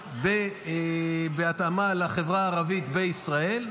הגבוהה בהתאמה לחברה הערבית בישראל.